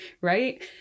right